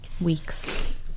weeks